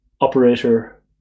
Operator